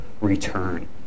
return